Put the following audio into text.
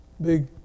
Big